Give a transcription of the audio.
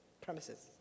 premises